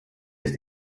ist